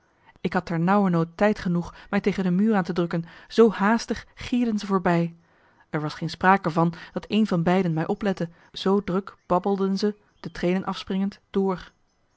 ik had ternauwernood tijd genoeg mij tegen de muur aan te drukken zoo haastig marcellus emants een nagelaten bekentenis gierden ze voorbij er was geen sprake van dat een van beiden mij oplette zoo druk babbelden ze de treden afspringend door